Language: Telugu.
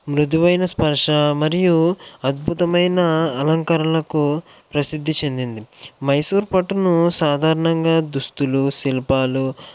మృదువైన స్పర్శ మరియు అద్భుతమైన అలంకరణలకు ప్రసిద్ధి చెందింది మైసూరు పట్టును సాధారణంగా దుస్తులు శిల్పాలు